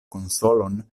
konsolon